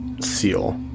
seal